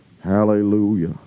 Hallelujah